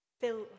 fill